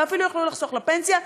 ואפילו יכלו לחסוך לפנסיה,